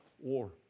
war